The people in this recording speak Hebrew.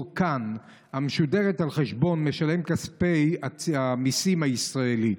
כאן המשודרת על חשבון משלם כספי המיסים הישראלי.